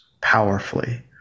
powerfully